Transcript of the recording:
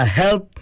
help